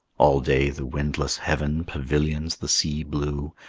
all day the windless heaven pavilions the sea-blue,